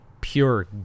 pure